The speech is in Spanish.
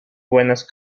buenas